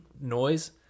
noise